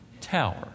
tower